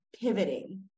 pivoting